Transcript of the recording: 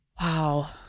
Wow